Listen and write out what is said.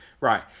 Right